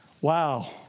Wow